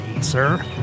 sir